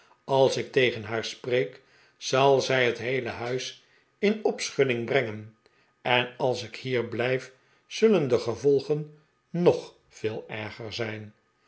als ik tegen haar spreek zal zij het heele huis in opschudding brengen en als ik hier blijf zullen de gevolgen nog veel erger zijn